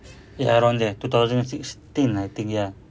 ya around there two thousand sixteen I think ya